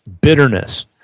bitterness